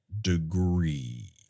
degree